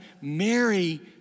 Mary